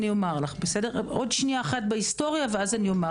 עוד מעט היסטוריה לפני,